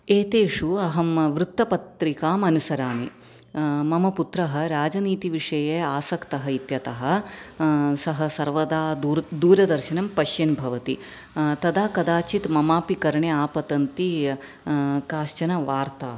एतेषु अहं वृत्तपत्रिकाम् अनुसरामि मम पुत्रः राजनीति विषये आसक्तः इत्यतः सः सर्वदा दूरदर्शनं पश्यन् भवति तदा कदाचित् ममापि कर्णे आपतन्ति काश्चन वार्ताः